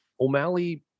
O'Malley